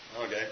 Okay